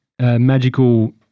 magical